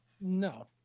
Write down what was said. No